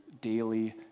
daily